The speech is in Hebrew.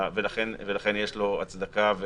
ולכן יש לו הצדקה,